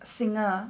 singer